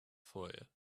foyer